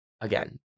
again